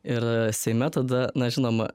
ir seime tada na žinoma